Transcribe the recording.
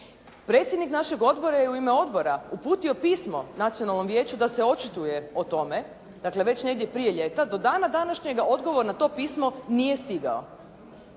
Predsjednik našeg odbora je u ime odbora uputio pismo Nacionalnom vijeću da se očituje o tome. Dakle već negdje prije ljeta. Do dana današnjega odgovor na to pismo nije stigao.